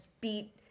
beat